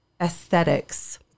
aesthetics